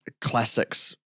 classics